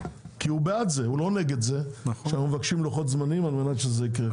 כי הוא בעד זה שאנחנו מבקשים לוחות זמנים על מנת שזה יקרה.